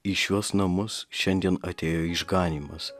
į šiuos namus šiandien atėjo išganymas